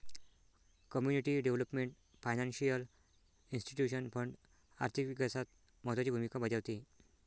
community development financial institution fund आर्थिक विकासात महत्त्वाची भूमिका बजावते